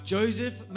Joseph